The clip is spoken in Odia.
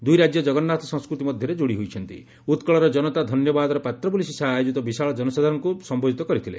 ଦୁଇ ରାଜ୍ୟ ଜଗନ୍ନାଥ ସଂସ୍ଟତି ମଧାରେ ଯୋଡ଼ି ହୋଇଛନ୍ତି ଉକ୍ଳର ଜନତା ଧନ୍ୟବାଦର ପାତ୍ର ବୋଲି ଶ୍ରୀ ଶାହା ଆୟୋଜିତ ବିଶାଳ ଜନସାଧାରଶଙ୍କୁ ସମ୍ଧୋଧିତ କରିଥିଲେ